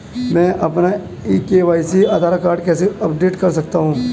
मैं अपना e KYC Aadhaar card कैसे अपडेट कर सकता हूँ?